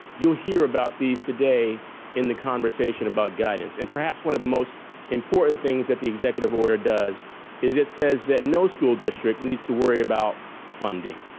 you'll hear about these today in the conversation about guidance. and perhaps one of the most important things that the executive order does is it says that no school district needs to worry about funding.